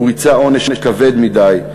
הוא ריצה עונש כבד מדי.